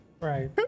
Right